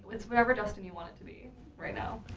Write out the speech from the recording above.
it's whatever justin you want it to be right now.